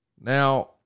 Now